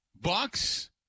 Bucks